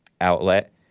outlet